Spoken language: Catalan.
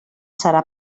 serà